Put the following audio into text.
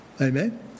Amen